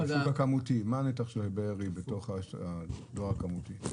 מה הנפח של דפוס בארי בתוך הדואר הכמותי?